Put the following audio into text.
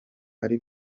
ari